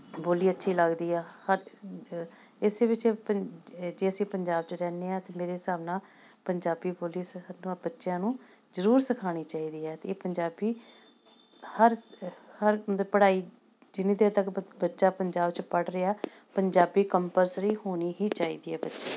ਬੋਲੀ ਅੱਛੀ ਲੱਗਦੀ ਆ ਹਰ ਇਸ ਵਿੱਚ ਪੰ ਜੇ ਅਸੀਂ ਪੰਜਾਬ 'ਚ ਰਹਿੰਦੇ ਹਾਂ ਤਾਂ ਮੇਰੇ ਹਿਸਾਬ ਨਾਲ ਪੰਜਾਬੀ ਬੋਲੀ ਸ ਨੂੰ ਬੱਚਿਆਂ ਨੂੰ ਜ਼ਰੂਰ ਸਿਖਾਉਣੀ ਚਾਹੀਦੀ ਹੈ ਅਤੇ ਇਹ ਪੰਜਾਬੀ ਹਰ ਹਰ ਮਤਲਬ ਪੜ੍ਹਾਈ ਜਿੰਨੀ ਦੇਰ ਤੱਕ ਬ ਬੱਚਾ ਪੰਜਾਬ 'ਚ ਪੜ੍ਹ ਰਿਹਾ ਪੰਜਾਬੀ ਕੰਪਰਸਰੀ ਹੋਣੀ ਹੀ ਚਾਹੀਦੀ ਹੈ ਬੱਚਿਆਂ ਨੂੰ